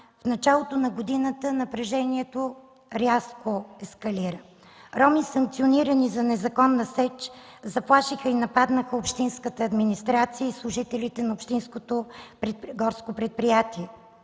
в началото на годината напрежението рязко ескалира. Роми, санкционирани за незаконна сеч, заплашиха и нападнаха Общинската администрация и служителите на Общинското горско предприятие.